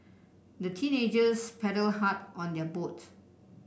the teenagers paddled hard on their boat